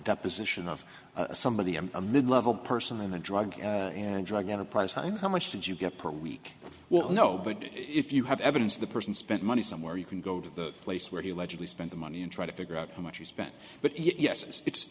deposition of somebody i'm a mid level person in a drug and drug enterprise home how much did you get per week well no but if you have evidence of the person spent money somewhere you can go to the place where he allegedly spent the money and try to figure out how much he spent but yes it's